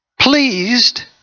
pleased